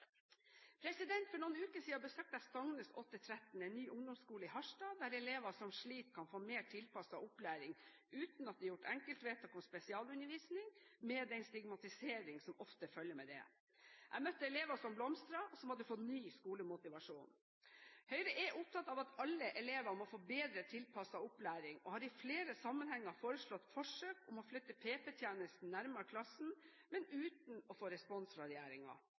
For noen uker siden besøkte jeg Stangnes 8–13, en ny ungdomsskole i Harstad, der elever som sliter, kan få mer tilpasset opplæring uten at det er gjort enkeltvedtak om spesialundervisning med den stigmatisering som ofte følger med det. Jeg møtte elever som blomstret, og som hadde fått ny skolemotivasjon. Høyre er opptatt av at alle elever må få bedre tilpasset opplæring og har i flere sammenhenger foreslått forsøk om å flytte PP-tjenesten nærmere klassen, men uten å få respons fra